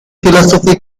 philosophy